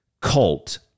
cult